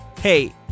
Hey